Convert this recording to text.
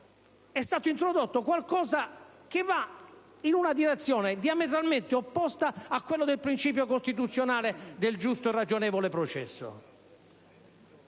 è stato introdotto qualcosa che va in una direzione diametralmente opposta a quella del principio costituzionale del giusto e ragionevole processo?